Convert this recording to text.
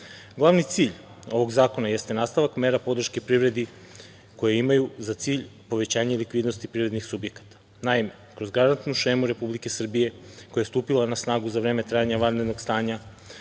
19.Glavni cilj ovog zakona jeste nastavak mera podrške privredi koje imaju za cilj povećanje likvidnosti privrednih subjekata. Naime, kroz garantnu šemu Republike Srbije, koja je stupila na snagu za vreme trajanja vanrednog stanja,